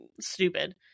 Stupid